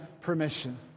permission